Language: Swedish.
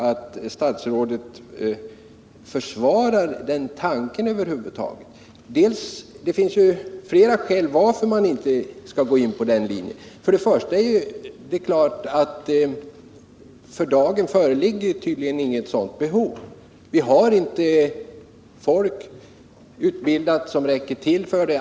Det finns ju flera skäl till att man inte bör välja den linjen. För det första föreligger för dagen inget sådant behov. Det finns dessutom inte utbildat folk så att det räcker till.